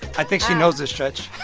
i think she knows it, stretch